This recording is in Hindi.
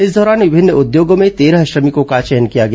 इस दौरान विभिन्न उद्योगों में तेरह श्रमिकों का चयन किया गया